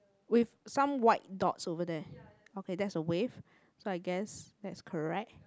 with some white dots over there okay that's a wave so I guess that's correct